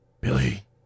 Billy